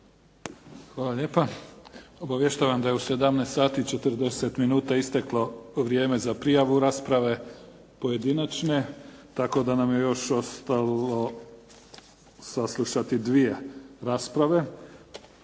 Hvala lijepa. Obavještavam da je u 17 sati i 40 minuta isteklo vrijeme za prijavu rasprave pojedinačne, tako da nam je još ostalo saslušati dvije rasprave.